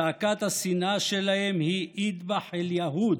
צעקת השנאה שלהם היא "אטבח אל-יהוד",